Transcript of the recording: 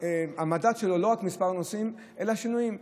והמדד שלו הוא לא רק מספר הנוסעים אלא שינויים.